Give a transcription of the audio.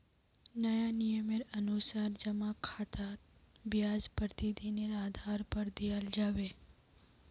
नया नियमेर अनुसार जमा खातात ब्याज प्रतिदिनेर आधार पर दियाल जाबे